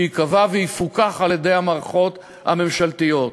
שייקבע ויפוקח על-ידי המערכות הממשלתיות,